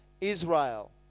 Israel